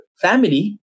family